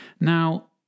Now